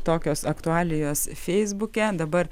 tokios aktualijos feisbuke dabar